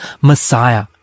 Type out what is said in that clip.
Messiah